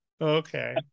okay